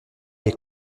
est